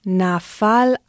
nafal